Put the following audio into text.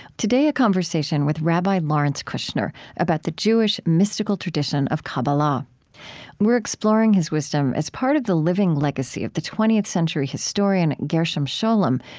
today, a conversation with rabbi lawrence kushner about the jewish mystical tradition of kabbalah we're exploring his wisdom as part of the living legacy of the twentieth century historian gershom scholem,